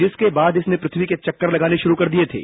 जिसके बाद इसने पृथ्वी के चक्कर लगाने शुरू कर दिये थे